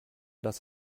das